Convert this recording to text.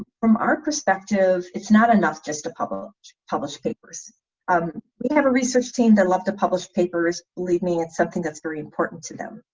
from our perspective it's not enough just to publish published papers um we have a research team that love to publish papers believe me it's something that's very important to them,